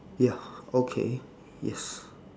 ya okay yes